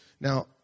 Now